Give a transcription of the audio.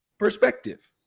perspective